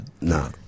No